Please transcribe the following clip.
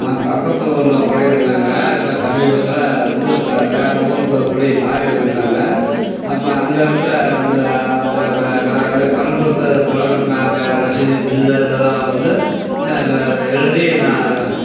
நான் பக்கத்து ஊரில் குடி இருந்தேங்க இப்போ சமீபத்தில் வந்து இப்போ வேற ஊருக்கு குடி மாதிரி வந்துட்டேங்கள் அப்போ அங்கே இருந்த அந்த அந்த க க அங்கே கரண்டுக்கு பணம் கட்டின அந்த ரசீது பில்லு இதெல்லாம் வந்து எழுதி நான்